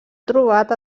trobat